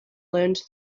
learned